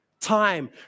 Time